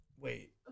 Wait